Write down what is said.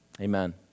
Amen